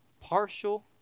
Partial